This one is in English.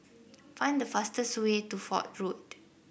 find the fastest way to Fort Road